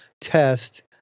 test